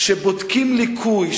כשבודקים ליקוי,